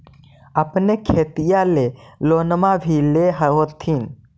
अपने खेतिया ले लोनमा भी ले होत्थिन?